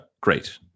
Great